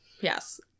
Yes